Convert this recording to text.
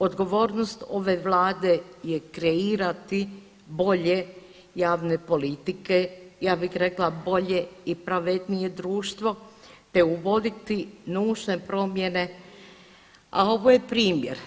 Odgovornost ove vlade je kreirati bolje javne politike, ja bih rekla bolje i pravednije društvo te uvoditi nužne promjene, a ovo je primjer.